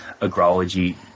agrology